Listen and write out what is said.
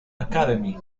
academy